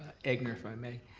egnor, if i may,